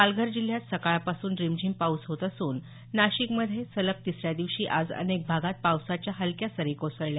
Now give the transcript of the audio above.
पालघर जिल्ह्यात सकाळपासून रिमझिम पाऊस होत असून नाशिकमध्ये सलग तिसऱ्या दिवशी आज अनेक भागात पावसाच्या हलक्या सरी कोसळल्या